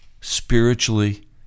spiritually